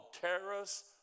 terrorists